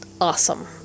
awesome